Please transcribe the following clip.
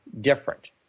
different